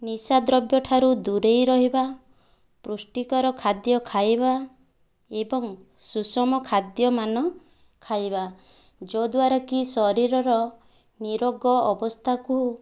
ନିଶାଦ୍ରବ୍ୟ ଠାରୁ ଦୂରେଇ ରହିବା ପୃଷ୍ଟିକର ଖାଦ୍ୟ ଖାଇବା ଏବଂ ସୁଷମ ଖାଦ୍ୟମାନ ଖାଇବା ଯଦ୍ୱାରାକି ଶରୀରର ନିରୋଗ ଅବସ୍ଥାକୁ